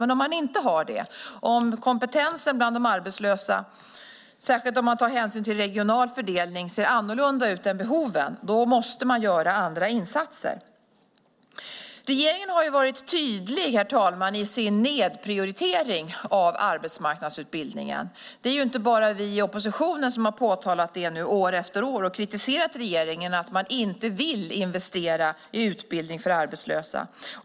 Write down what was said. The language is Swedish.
Men om man inte har det och om kompetensen hos de arbetslösa, särskilt om man tar hänsyn till regional fördelning, ser annorlunda ut än behoven måste man göra andra insatser. Regeringen har varit tydlig, herr talman, i sin nedprioritering av arbetsmarknadsutbildningen. Det är inte bara vi i oppositionen som nu har påtalat det i år efter år och kritiserat regeringen för att den inte vill investera i utbildning för arbetslösa.